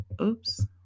oops